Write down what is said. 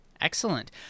Excellent